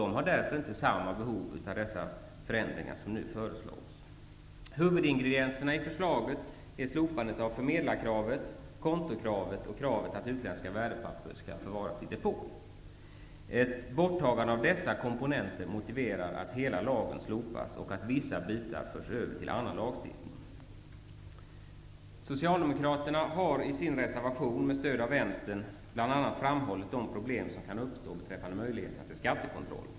De har därför inte samma behov av de förändringar som nu föreslås. Huvudingredienserna i förslaget är slopandet av förmedlarkravet, kontokravet och kravet på att utländska värdepapper skall förvaras i depå. Ett borttagande av dessa komponenter motiverar att hela lagen slopas och att vissa andra bitar förs över till annan lagstiftning. Socialdemokraterna har i sin reservation, med stöd av Vänstern, bl.a. framhållit de problem som kan uppstå beträffande möjligheterna till skattekontroll.